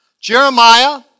Jeremiah